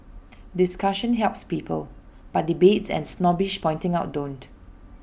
discussion helps people but debates and snobbish pointing out don't